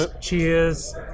Cheers